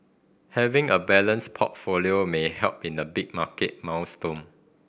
having a balanced portfolio may help in the big market maelstrom